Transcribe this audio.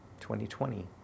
2020